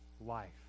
life